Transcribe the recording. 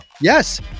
yes